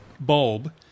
bulb